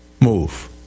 move